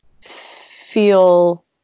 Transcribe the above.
feel